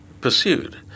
pursued